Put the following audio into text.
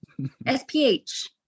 SPH